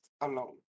alone